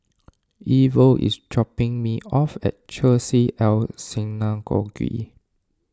Ivor is dropping me off at Chesed El Synagogue